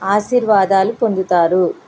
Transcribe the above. ఆశీర్వాదాలు పొందుతారు